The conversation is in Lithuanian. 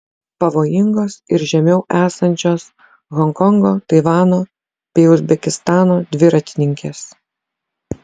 pavojingos ir žemiau esančios honkongo taivano bei uzbekistano dviratininkės